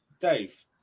Dave